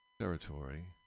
territory